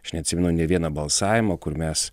aš neatsimenu nė vieno balsavimo kur mes